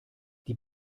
die